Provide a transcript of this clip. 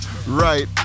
Right